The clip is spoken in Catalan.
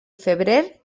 febrer